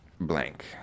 blank